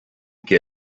que